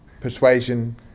persuasion